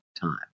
time